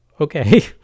Okay